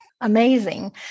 amazing